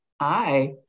Hi